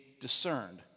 discerned